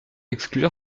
exclure